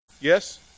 Yes